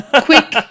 Quick